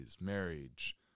marriage